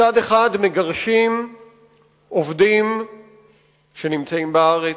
מצד אחד מגרשים עובדים שנמצאים בארץ,